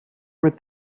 mit